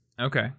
Okay